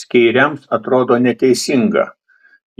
skeiriams atrodo neteisinga